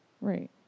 Right